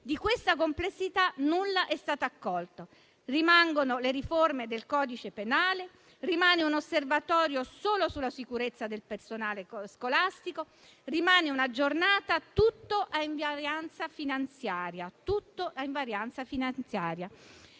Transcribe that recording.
Di questa complessità, nulla è stato colto. Rimangono le riforme del codice penale, rimane un osservatorio sulla sicurezza del personale scolastico, rimane una giornata dedicata, ma tutto a invarianza finanziaria.